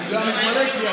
התצוגה מתמלאת לי.